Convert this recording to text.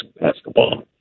basketball